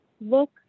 look